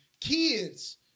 kids